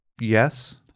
yes